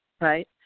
right